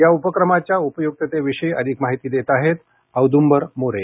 या उपक्रमाच्या उपयुक्ततेविषयी अधिक माहिती देत आहेत औद्ंबर मोरे